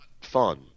fun